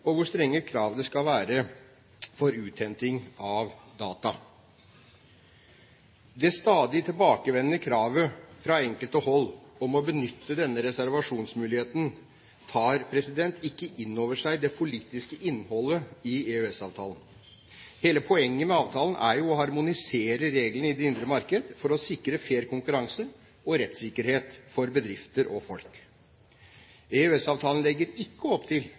og hvor strenge kravene skal være for uthenting av data. Det stadig tilbakevendende kravet fra enkelte hold om å benytte denne reservasjonsmuligheten, tar ikke inn over seg det politiske innholdet i EØS-avtalen. Hele poenget med avtalen er jo å harmonisere reglene i det indre marked for å sikre fair konkurranse og rettssikkerhet for bedrifter og folk. EØS-avtalen legger ikke opp til